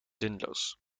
zinloos